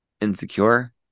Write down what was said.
insecure